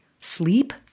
sleep